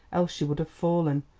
else she would have fallen.